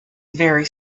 very